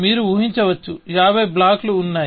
మీరు ఊహించవచ్చు యాభై బ్లాక్లు ఉన్నాయి